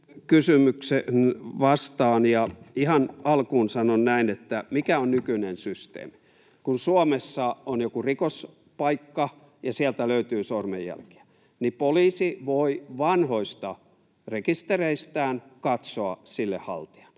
kysymykseen vastaan, ja ihan alkuun sanon: Mikä on nykyinen systeemi? Kun Suomessa on joku rikospaikka ja sieltä löytyy sormenjälki, poliisi voi vanhoista rekistereistään katsoa sille haltijan.